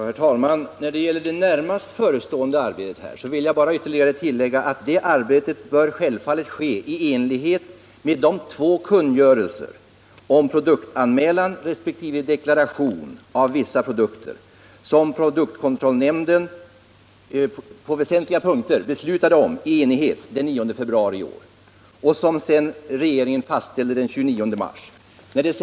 Herr talman! När det gäller det närmast förestående arbetet här vill jag bara ytterligare tillägga att det arbetet självfallet bör ske i enlighet med de två kungörelser om produktanmälan resp. deklaration av vissa produkter som produktkontrollnämnden på väsentliga punkter i enighet beslutade om den 9 februari i år och som regeringen sedan fastställde den 29 mars.